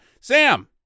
Sam